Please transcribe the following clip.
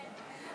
כן.